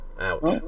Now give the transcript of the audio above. ouch